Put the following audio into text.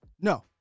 No